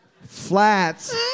Flats